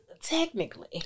technically